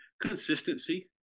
consistency